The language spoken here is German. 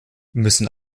müssen